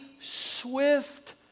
swift